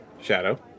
Shadow